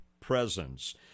presence